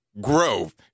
Grove